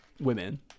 Women